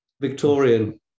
Victorian